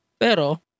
pero